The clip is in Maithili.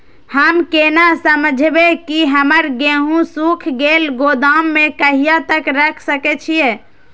हम केना समझबे की हमर गेहूं सुख गले गोदाम में कहिया तक रख सके छिये?